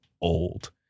old